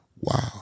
wow